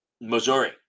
Missouri